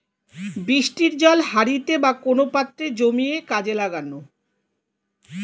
বৃষ্টির জল হাঁড়িতে বা কোন পাত্রে জমিয়ে কাজে লাগানো